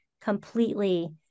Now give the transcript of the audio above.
completely